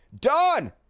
Done